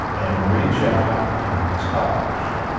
and reach out and touch